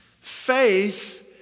Faith